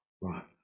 Right